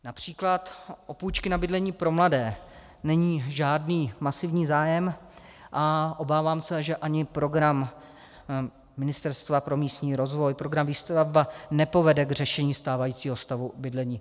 Například o půjčky na bydlení pro mladé není žádný masivní zájem a obávám se, že ani program Ministerstva pro místní rozvoj, program Výstavba, nepovede k řešení stávajícího stavu bydlení.